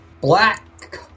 Black